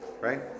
right